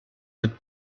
mit